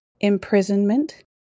imprisonment